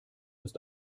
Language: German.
ist